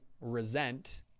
resent